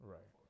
Right